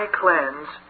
cleanse